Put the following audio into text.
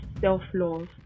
self-love